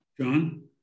John